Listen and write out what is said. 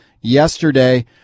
yesterday